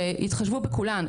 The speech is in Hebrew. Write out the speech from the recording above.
שהתחשבו בכולן,